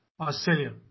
Australia